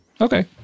Okay